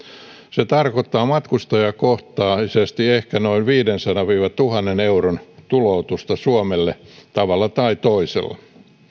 se tarkoittaa matkustajakohtaisesti ehkä noin viidensadan viiva tuhannen euron tuloutusta suomelle tavalla tai toisella